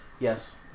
Yes